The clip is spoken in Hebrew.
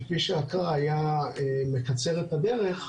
שכביש אגרה היה מקצר את הדרך,